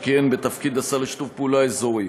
שכיהן בתפקיד השר לשיתוף פעולה אזורי